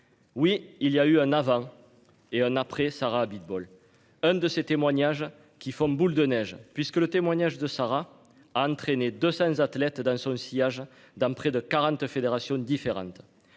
Oui il y a eu un avant et un après Sarah Abitbol, un de ces témoignages qui font boule de neige, puisque le témoignage de Sarah a entraîné 200 athlètes dans son sillage dans près de 40 fédérations de différentes.